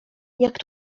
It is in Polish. jak